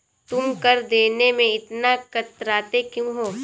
तुम कर देने में इतना कतराते क्यूँ हो?